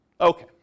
Okay